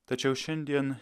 tačiau šiandien